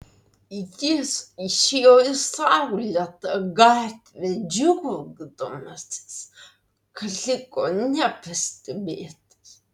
jis išėjo į saulėtą gatvę džiaugdamasis kad liko nepastebėtas